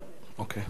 אוקיי.